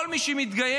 כל מי שמתגייס,